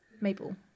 maple